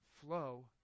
flow